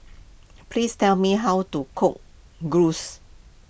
please tell me how to cook Gyros